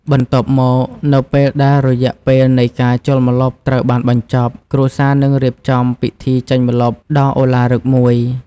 បន្ទាប់មក នៅពេលដែលរយៈពេលនៃការចូលម្លប់ត្រូវបានបញ្ចប់ គ្រួសារនឹងរៀបចំ ពិធីចេញម្លប់ ដ៏ឱឡារិកមួយ។